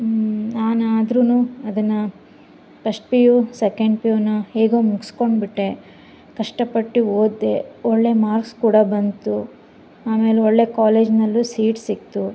ನಾನು ಆದ್ರೂ ಅದನ್ನು first P U second P U ನ ಹೇಗೋ ಮುಗಿಸ್ಕೊಂಡ್ಬಿಟ್ಟೆ ಕಷ್ಟಪಟ್ಟು ಓದಿದೆ ಒಳ್ಳೆ ಮಾರ್ಕ್ಸ್ ಕೂಡ ಬಂತು ಆಮೇಲೆ ಒಳ್ಳೆ ಕಾಲೇಜ್ನಲ್ಲು ಸೀಟ್ ಸಿಕ್ತು